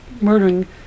murdering